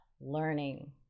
learning